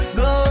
go